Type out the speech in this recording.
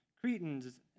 Cretans